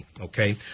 okay